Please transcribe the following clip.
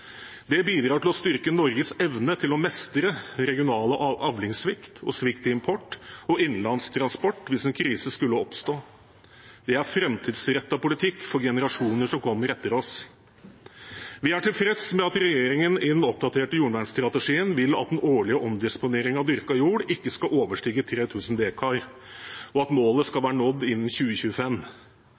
Det bidrar til å styrke Norges evne til å mestre regional avlingsvikt og svikt i import og innenlands transport hvis en krise skulle oppstå. Det er framtidsrettet politikk for generasjonene som kommer etter oss. Vi er tilfreds med at regjeringen i den oppdaterte jordvernstrategien vil at den årlige omdisponeringen av dyrka jord ikke skal overstige 3 000 dekar, og at målet skal være nådd innen 2025.